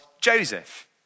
Joseph